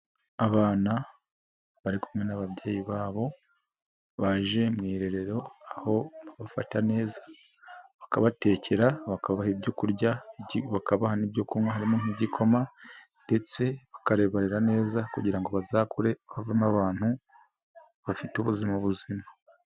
Abana bari kumwe n'ababyeyi babo, baje mu irerero aho babafata neza, bakabatekera, bakabaha ibyo kurya, bakabaha ibyo kunywa, harimo nk'igikoma ndetse bakabarera neza kugira ngo bazakure bavemo abantu bafite ubuzima buzima.